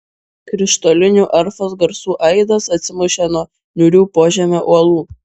krištolinių arfos garsų aidas atsimušė nuo niūrių požemio uolų